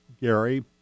Gary